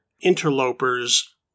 interlopers